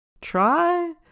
try